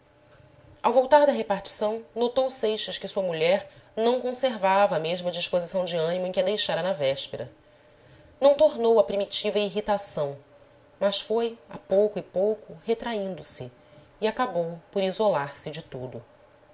ao voltar da repartição notou seixas que sua mulher não conservava a mesma disposição de ânimo em que a deixara na véspera não tornou à primitiva irritação mas foi a pouco e pouco retraindose e acabou por isolar se de todo